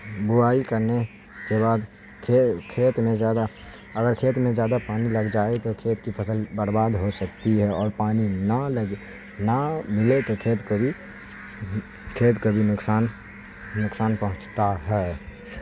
بوائی کرنے کے بعد کھیت میں زیادہ اگر کھیت میں زیادہ پانی لگ جائے تو کھیت کی فصل برباد ہو سکتی ہے اور پانی نہ لگ نہ ملے تو کھیت کو بھی کھیت کا بھی نقصان نقصان پہنچتا ہے